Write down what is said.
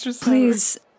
Please